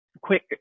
quick